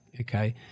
Okay